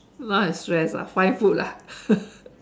not as stressed ah find food ah